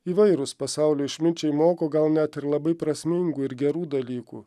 įvairūs pasaulio išminčiai moko gal net ir labai prasmingų ir gerų dalykų